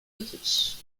autriche